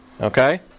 okay